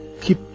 Keep